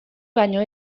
baino